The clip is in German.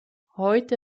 heute